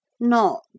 Not